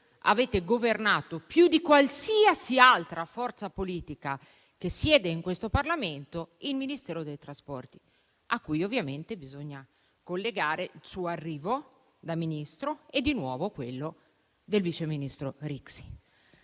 avete governato più di qualsiasi altra forza politica che siede in questo Parlamento il Ministero dei trasporti, a cui ovviamente bisogna collegare il suo arrivo da Ministro e di nuovo quello del vice ministro Rixi.